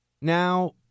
Now